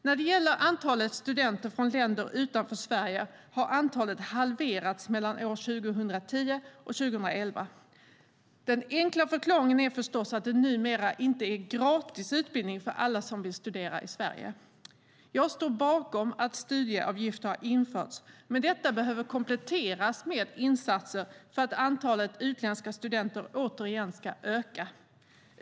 När det gäller antalet studenter från länder utanför Sverige har antalet halverats mellan år 2010 och 2011. Den enkla förklaringen är förstås att det numera inte är gratis utbildning för alla som vill studera i Sverige. Jag står bakom att studieavgifter har införts, men detta behöver kompletteras med insatser för att antalet utländska studenter återigen ska öka.